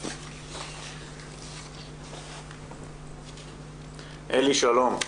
ממשרד האוצר, שלום.